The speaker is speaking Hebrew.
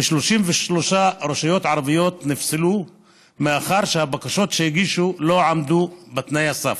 ו-33 רשויות ערביות נפסלו מאחר שהבקשות שהגישו לא עמדו בתנאי הסף.